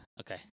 Okay